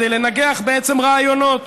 כדי לנגח בעצם רעיונות.